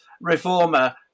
reformer